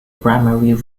primary